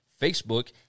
Facebook